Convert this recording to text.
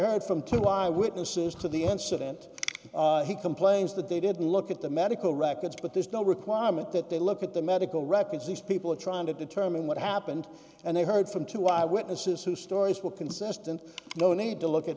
heard from two my witnesses to the incident he complains that they didn't look at the medical records but there's no requirement that they look at the medical records these people are trying to determine what happened and they heard from two eyewitnesses who stories were consistent no need to look at